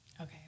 Okay